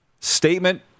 statement